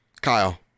Kyle